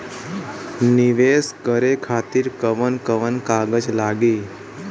नीवेश करे खातिर कवन कवन कागज लागि?